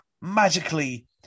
magically